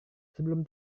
sebelum